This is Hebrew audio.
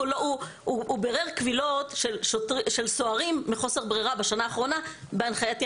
הוא בירר קבילות של סוהרים מחוסר ברירה בשנה האחרונה בהנחייתי.